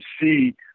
see